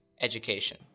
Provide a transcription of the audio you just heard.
education